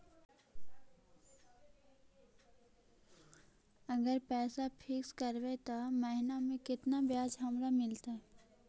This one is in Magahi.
अगर पैसा फिक्स करबै त महिना मे केतना ब्याज हमरा मिलतै?